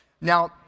Now